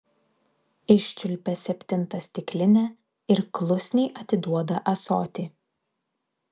iščiulpia septintą stiklinę ir klusniai atiduoda ąsotį